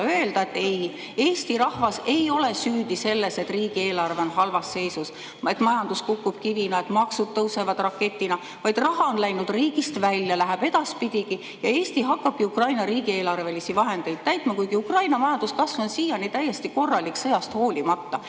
öelda, et ei, Eesti rahvas ei ole süüdi selles, et riigieelarve on halvas seisus, et majandus kukub kivina, et maksud tõusevad raketina, vaid raha on läinud riigist välja, läheb edaspidigi ja Eesti hakkabki Ukraina [riigieelarvet] täitma, kuigi Ukraina majanduskasv on siiani täiesti korralik sõjast hoolimata.